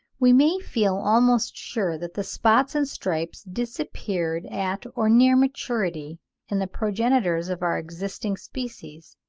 we may feel almost sure that the spots and stripes disappeared at or near maturity in the progenitors of our existing species,